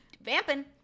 vamping